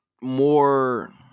more